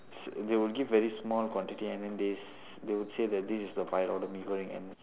they will give very small quantity and then they they would say that this the five dollar mee goreng and